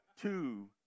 two